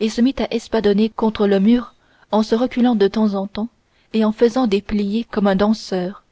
et se mit à espadonner contre le mur en se reculant de temps en temps et en faisant des pliés comme un danseur